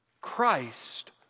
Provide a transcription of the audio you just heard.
Christ